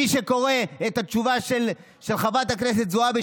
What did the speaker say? מי שקורא את התשובה של חברת הכנסת זועבי,